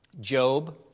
Job